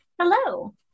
Hello